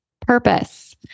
purpose